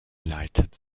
leitet